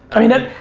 i mean that,